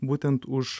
būtent už